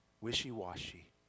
wishy-washy